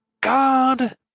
God